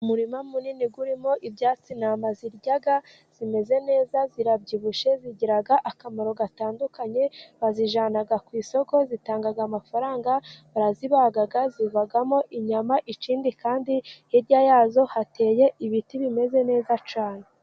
Umurima munini urimo ibyatsi intama zirya, zimeze neza zirabyibushye, zigira akamaro gatandukanye, bazijyana ku isoko, zitanga amafaranga, barazibaga zivagamo inyama, ikindi kandi hirya yazo hateye ibiti bimeze neza cyane.